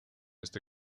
este